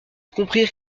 comprirent